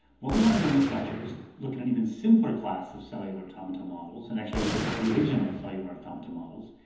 what we want to do in this lecture is look at an even simpler class of cellular automaton models, and actually ah the original cellular automaton models,